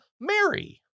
Mary